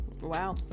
wow